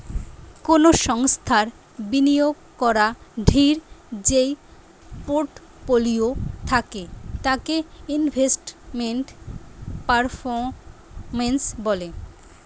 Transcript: কোনো সংস্থার বিনিয়োগ করাদূঢ় যেই পোর্টফোলিও থাকে তাকে ইনভেস্টমেন্ট পারফরম্যান্স বলে